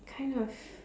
kind of